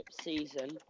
season